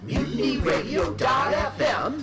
MutinyRadio.fm